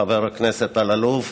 חבר הכנסת אלאלוף,